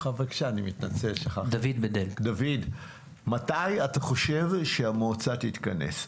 דוד, מתי אתה חושב שהמועצה תתכנס?